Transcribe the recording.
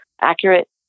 accurate